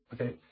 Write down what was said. okay